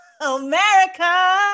America